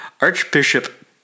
Archbishop